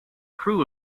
crew